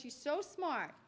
she's so smart